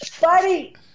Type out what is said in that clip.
Buddy